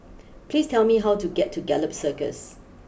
please tell me how to get to Gallop Circus